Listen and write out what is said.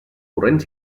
corrent